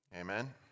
Amen